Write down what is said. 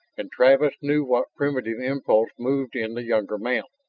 and travis knew what primitive impulse moved in the younger man.